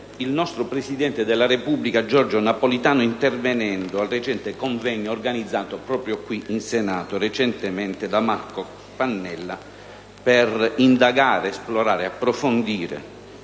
il nostro presidente della Repubblica, Giorgio Napolitano, intervenendo al recente convegno organizzato qui in Senato da Marco Pannella per indagare, esplorare e approfondire